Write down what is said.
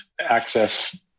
access